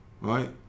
Right